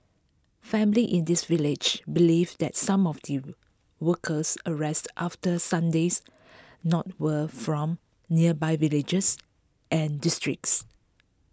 families in this village believe that some of the workers arrested after Sunday's not were from nearby villagers and districts